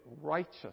righteous